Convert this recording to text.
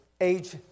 age